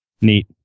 Neat